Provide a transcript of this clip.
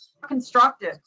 constructive